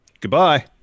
Goodbye